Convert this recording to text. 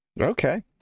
Okay